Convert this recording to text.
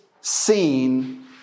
seen